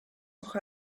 noch